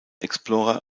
explorer